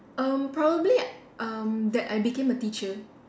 erm probably um that I became a teacher